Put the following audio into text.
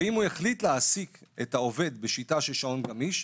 ואם הוא החליט להעסיק את העובד בשיטה של שעון גמיש,